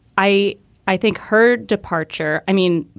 i i think her departure i mean,